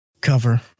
cover